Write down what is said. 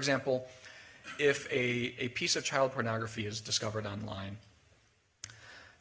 example if a piece of child pornography is discovered on line